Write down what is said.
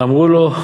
אמרו לו: